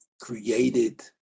created